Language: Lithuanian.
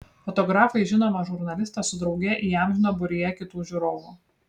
fotografai žinomą žurnalistą su drauge įamžino būryje kitų žiūrovų